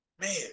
Man